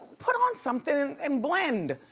put on something and blend.